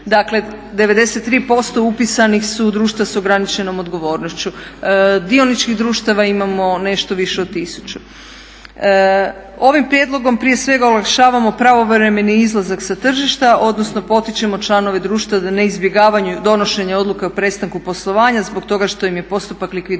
Dakle 93% upisanih su društva s ograničenom odgovornošću. Dioničkih društava imamo nešto više od tisuću. Ovim prijedlogom prije svega olakšavamo pravovremeni izlazak sa tržišta odnosno potičemo članove društva da ne izbjegavaju donošenje odluka o prestanku poslovanja zbog toga što im je postupak likvidacije